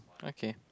okay